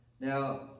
Now